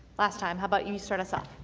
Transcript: last time, how about you start us off?